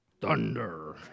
Thunder